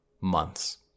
months